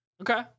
Okay